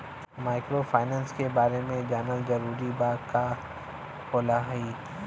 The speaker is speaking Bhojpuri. माइक्रोफाइनेस के बारे में जानल जरूरी बा की का होला ई?